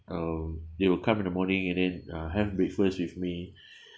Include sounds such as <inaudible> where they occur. uh they will come in the morning and then uh have breakfast with me <breath>